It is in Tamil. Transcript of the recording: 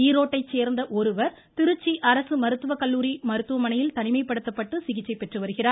ஈரோட்டைச் சேர்ந்த ஒருவர் திருச்சி அரசு மருத்துக்கல்லூரி மருத்துவமனையில் தனிமைப்படுத்தப்பட்டு சிகிச்சை பெற்று வருகிறார்